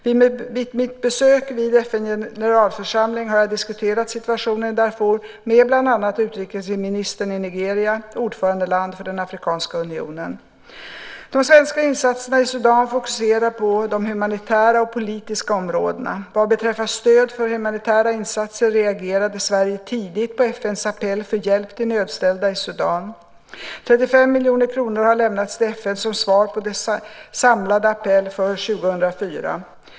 Vid mitt besök vid FN:s generalförsamling har jag diskuterat situationen i Darfur med bland annat utrikesministern i Nigeria, ordförandeland för den afrikanska unionen. De svenska insatserna i Sudan fokuserar på de humanitära och politiska områdena. Vad beträffar stöd för humanitära insatser reagerade Sverige tidigt på FN:s appell för hjälp till nödställda i Sudan. 35 miljoner kronor har lämnats till FN som svar på dess samlade appell för 2004.